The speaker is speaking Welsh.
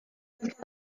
roedd